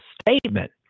statement